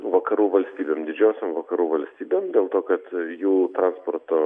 vakarų valstybėm didžiosiom vakarų valstybėm dėl to kad jų transporto